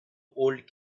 old